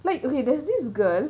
like okay there's this girl